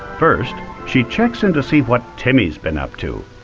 first she checks in to see what timmy has been up to.